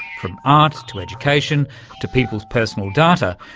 from art to education to people's personal data,